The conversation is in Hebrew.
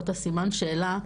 או את הסימן שאלה,